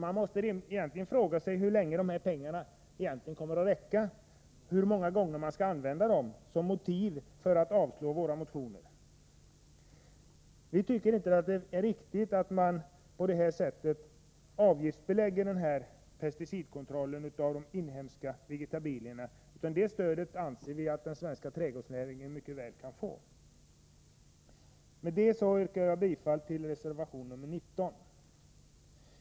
Jag frågar mig hur länge dessa pengar egentligen skall räcka, hur många gånger utskottet skall använda dem som motiv för att avstyrka våra motioner. Vi tycker inte att det är riktigt att man på detta sätt avgiftsbelägger kontrollen av pesticider i de inhemska vegetabilierna. Vi anser att den svenska trädgårdsnäringen mycket väl kan få det stödet. Med det sagda yrkar jag bifall till reservation nr 19.